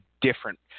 different